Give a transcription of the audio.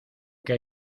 que